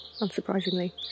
unsurprisingly